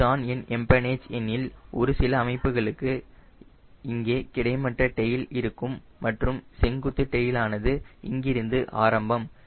இதுதான் என் எம்பெனேஜ் எனில் ஒரு சில அமைப்புகளுக்கு இங்கே கிடைமட்ட டெயில் இருக்கும் மற்றும் செங்குத்து டெயிலானது இங்கிருந்து ஆரம்பம்